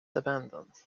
abandoned